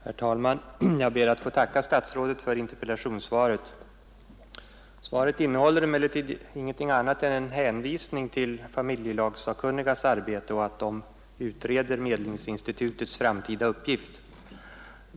Herr talman! Jag ber att få tacka statsrådet för interpellationssvaret. Svaret innehåller emellertid ingenting annat än en hänvisning till att familjelagssakkunniga utreder medlingsinstitutets framtida uppgift.